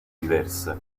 diverse